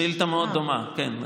שאילתה מאוד דומה, כן.